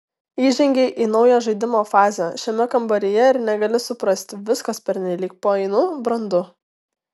įžengei į naują žaidimo fazę šiame kambaryje ir negali suprasti viskas pernelyg painu brandu